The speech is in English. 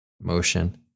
motion